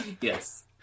Yes